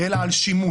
אלא על שימוש.